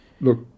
look